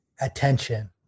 attention